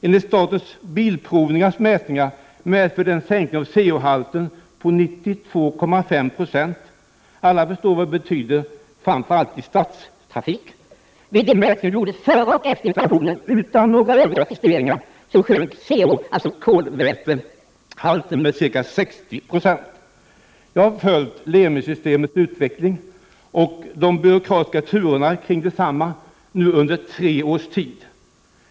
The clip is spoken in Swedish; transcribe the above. Enligt statens bilprovnings mätningar medförde detta en sänkning av koloxidhalten på 92,5 90. Alla förstår vad det betyder, framför allt i stadstrafik. Enligt de mätningar som gjordes före och efter installationen utan några övriga justeringar sjönk kolvätehalten med ca 60 96. Jag har följt Lemi-systemets utveckling och de byråkratiska turerna kring detsamma under tre års tid.